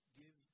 give